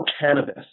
cannabis